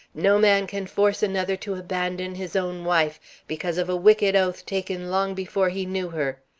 no man can force another to abandon his own wife because of a wicked oath taken long before he knew her.